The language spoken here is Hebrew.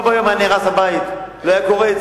בו ביום היה נהרס הבית, לא היה קורה,